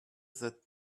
that